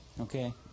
Okay